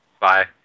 Bye